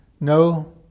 No